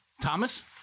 Thomas